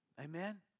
Amen